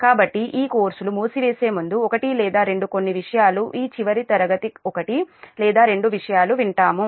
కాబట్టి ఈ కోర్సులు మూసివేసే ముందు ఒకటి లేదా రెండు కొన్ని విషయాలు ఈ చివరి తరగతి ఒకటి లేదా రెండు విషయాలు వింటాము